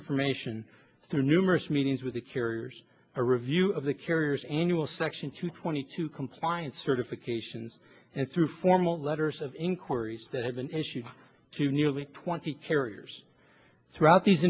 information through numerous meetings with the carriers a review of the carrier's annual section two twenty two compliance certifications and through formal letters of inquiries that have been issued to nearly twenty carriers throughout these